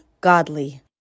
godly